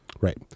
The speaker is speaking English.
Right